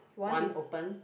one open